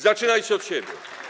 Zaczynajcie od siebie.